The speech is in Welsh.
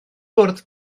gwrdd